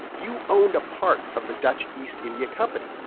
you owned a part of the dutch east india company.